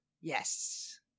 yes